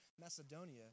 Macedonia